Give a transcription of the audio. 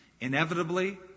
Inevitably